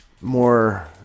more